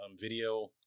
video